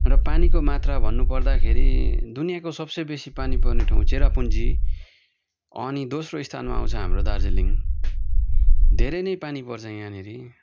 र पानीको मात्रा भन्नु पर्दाखेरि दुनियाँको सबसे बेसी पानी पर्ने ठाउँ चेरापुन्जी अनि दोस्रो स्थानमा आउँछ हाम्रो दार्जिलिङ धेरै नै पानी पर्छ यहाँनेरि